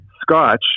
Scotch